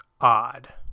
odd